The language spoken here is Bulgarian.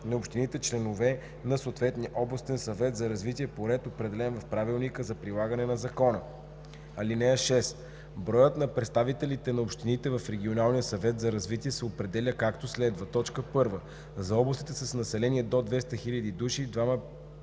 на общините, членове на съответния областен съвет за развитие, по ред, определен в правилника за прилагане на закона. (6) Броят на представителите на общините в регионалния съвет за развитие се определя, както следва: 1. за областите с население до 200 000 души – двама